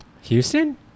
Houston